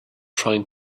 trying